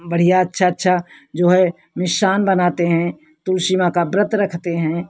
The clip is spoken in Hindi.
बढ़िया अच्छा अच्छा जो है निशान बनाते हैं तुलसी माँ का व्रत रखते हैं